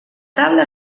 tabla